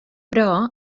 però